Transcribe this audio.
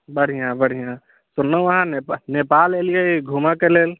बढ़िआँ बढ़िआँ सुनलहुँ हँ अहाँ नेपा नेपाल एलियै घुमऽ के लेल